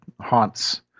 haunts